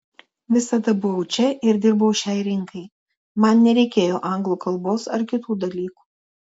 visada buvau čia ir dirbau šiai rinkai man nereikėjo anglų kalbos ar kitų dalykų